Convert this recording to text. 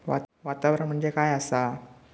वातावरण म्हणजे काय आसा?